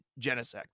Genesect